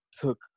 took